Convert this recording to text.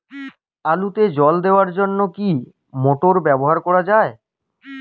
আলুতে জল দেওয়ার জন্য কি মোটর ব্যবহার করা যায়?